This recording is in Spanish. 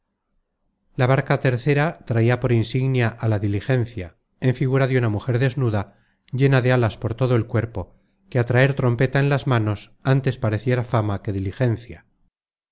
la barca tercera traia por insignia á la diligencia en figura de una mujer desnuda llena de alas por todo el cuerpo que á traer trompeta en las manos ántes pareciera fama que diligencia